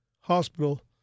hospital